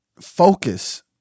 focus